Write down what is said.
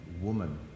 woman